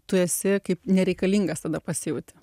tu esi kaip nereikalingas tada pasijauti